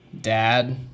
dad